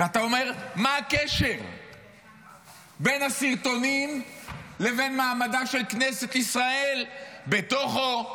ואתה אומר: מה הקשר בין הסרטונים לבין מעמדה של כנסת ישראל בתוכו,